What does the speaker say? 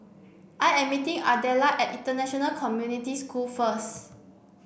I am meeting Ardella at International Community School first